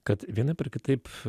kad vienaip ar kitaip